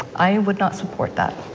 i would not support that.